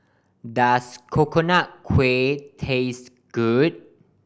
does Coconut Kuih taste good